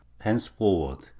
henceforward